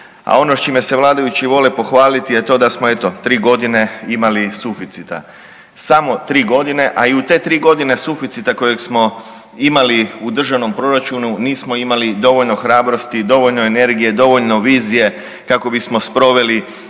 A ono s čime se vladajući vole pohvaliti je to da smo eto tri godine imali suficita, samo tri godine, a i u te tri godine suficita kojeg smo imali u državnom proračunu nismo imali dovoljno hrabrosti, dovoljno energije, dovoljno vizije kako bismo sproveli